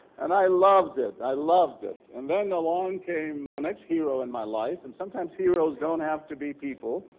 and i loved it. i loved it. and then along came the next hero in my life and sometimes heroes don't have to be people.